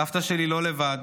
סבתא שלי לא לבד.